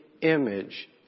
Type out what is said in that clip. image